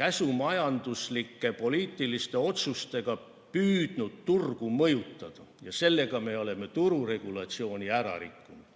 käsumajanduslike poliitiliste otsustega püüdnud turgu mõjutada ja sellega me oleme tururegulatsiooni ära rikkunud.